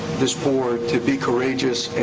this board to be courageous